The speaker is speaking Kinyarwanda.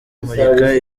murika